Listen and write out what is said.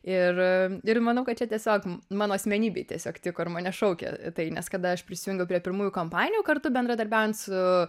ir ir manau kad čia tiesiog mano asmenybei tiesiog tiko ir mane šaukė tai nes kada aš prisijungiau prie pirmųjų kampanijų kartu bendradarbiaujant su